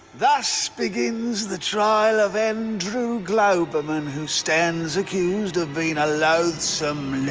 thus begins the trial of andrew glouberman, who stands accused of being a loathsome